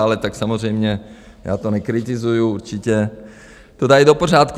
Ale tak samozřejmě, já to nekritizuji, určitě to dají do pořádku.